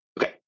Okay